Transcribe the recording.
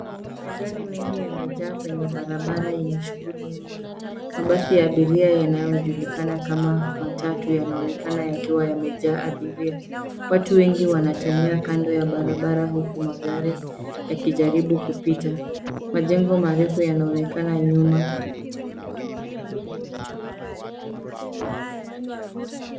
Magari mengi yamejaa kwenye barabara yenye shughuli nyingi. Mabasi ya abiria yanayojulikana kama matatu yanaonekana yakiwa yamejaa abiria. Watu wengi wanatembea kando ya barabara huku magari yakijaribu kupita. Majengo marefu yanaonekana nyuma.